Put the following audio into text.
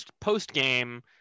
post-game